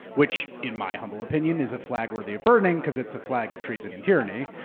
which in my humble opinion is a flag worthy of burning because it's a flag of treason and tyranny.